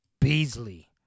Beasley